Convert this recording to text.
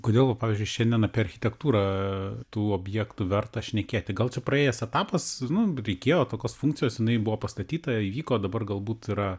kodėl va pavyzdžiui šiandien apie architektūrą tų objektų verta šnekėti gal čia praėjęs etapas nu reikėjo tokios funkcijos jinai buvo pastatyta įvyko dabar galbūt yra